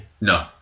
No